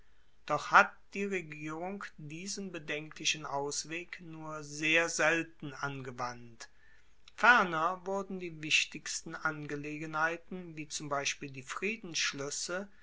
doch hat die regierung diesen bedenklichen ausweg nur sehr selten angewandt ferner wurden die wichtigsten angelegenheiten wie zum beispiel die friedensschluesse